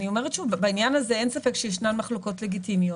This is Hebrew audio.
אני אומרת שוב: בעניין הזה אין ספק שישנן מחלוקות לגיטימיות.